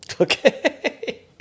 Okay